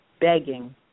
Begging